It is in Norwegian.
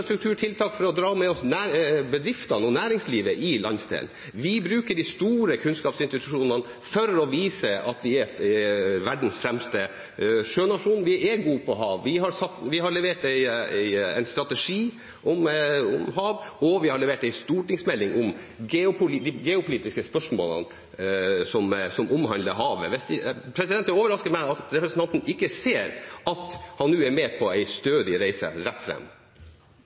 for å dra med oss bedriftene og næringslivet i landsdelen. Vi bruker de store kunnskapsinstitusjonene for å vise at vi er verdens fremste sjønasjon. Vi er gode på hav. Vi har levert en strategi om hav, og vi har levert en stortingsmelding om de geopolitiske spørsmålene som omhandler havet. Det overrasker meg at representanten ikke ser at han nå er med på en stødig reise rett